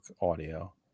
audio